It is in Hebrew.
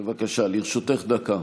בבקשה, לרשותך דקה.